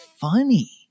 funny